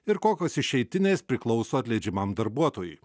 ir kokios išeitinės priklauso atleidžiamam darbuotojui